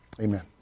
Amen